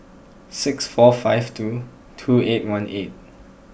six four five two two eight one eight